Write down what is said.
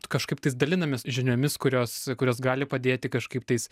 kažkaip tais dalinamės žiniomis kurios kurios gali padėti kažkaip tais